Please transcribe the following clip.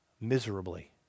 miserably